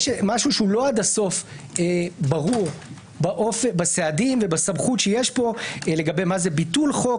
יש משהו לא ברור עד הסוף בסעדים ובסמכות שיש פה לגבי מה זה ביטול חוק,